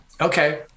okay